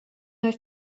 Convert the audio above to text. oedd